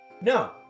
No